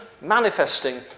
manifesting